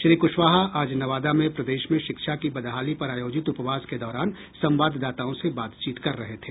श्री क्शवाहा आज नवादा में प्रदेश में शिक्षा की बदहाली पर आयोजित उपवास के दौरान संवाददाताओं से बातचीत कर रहे थे